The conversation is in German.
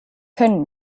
können